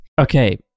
Okay